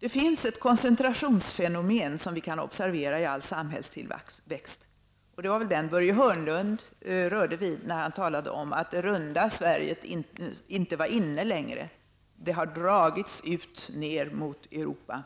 Det finns ett koncentrationsfenomen, som vi kan observera i all samhällstillväxt. Det var väl det som Börje Hörnlund berörde när han sade att det runda Sverige inte längre var inne. Sverige har dragits ned mot Europa.